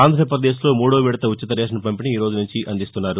ఆంధ్రప్రదేశ్లో మూడో విడత ఉచిత రేషన్ పంపిణీ ఈరోజు నుంచి అందిస్తున్నారు